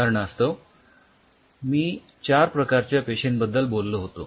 उदाहरणास्तव मी चार प्रकारच्या पेशींबद्दल बोललो होतो